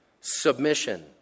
submission